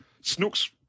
Snook's